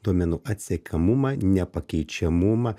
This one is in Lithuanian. duomenų atsekamumą nepakeičiamumą